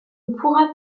pourra